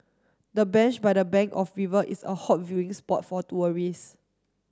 the bench by the bank of river is a hot viewing spot for tourists